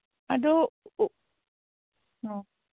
ꯑꯗꯨ ꯑꯣ